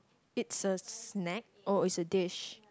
it's a snack or is a dish